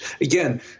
again